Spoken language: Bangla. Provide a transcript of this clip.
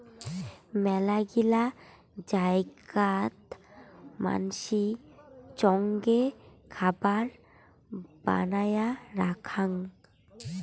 মেলাগিলা জায়গাত মানসি চঙে খাবার বানায়া খায়ং